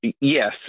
Yes